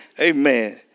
Amen